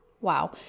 Wow